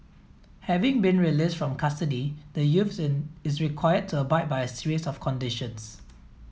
having been released from custody the youth is required to abide by a series of conditions